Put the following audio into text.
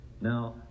Now